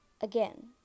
Again